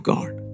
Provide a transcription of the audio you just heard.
God